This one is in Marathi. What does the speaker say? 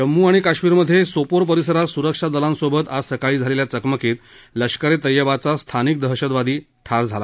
जम्मू आणि काश्मिरमधे सोपोर परिसरात सुरक्षा दलांबरोबर आज सकाळी झालेल्या चकमकीत लष्कर ए तैयबाचा स्थानिक दहशतवादी ठार झाला